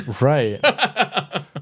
Right